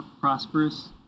prosperous